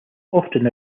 often